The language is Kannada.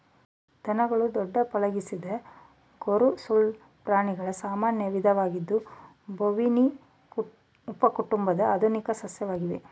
ದನಗಳು ದೊಡ್ಡ ಪಳಗಿಸಿದ ಗೊರಸುಳ್ಳ ಪ್ರಾಣಿಗಳ ಸಾಮಾನ್ಯ ವಿಧವಾಗಿದ್ದು ಬೋವಿನಿ ಉಪಕುಟುಂಬದ ಆಧುನಿಕ ಸದಸ್ಯವಾಗಿವೆ